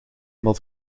wat